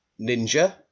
Ninja